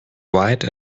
wide